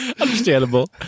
Understandable